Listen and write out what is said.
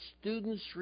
students